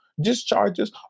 discharges